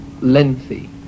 lengthy